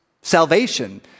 salvation